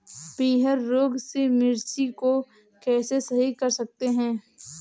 पीहर रोग से मिर्ची को कैसे सही कर सकते हैं?